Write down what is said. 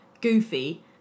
goofy